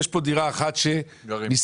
ויש דירה אחת שנשכרת.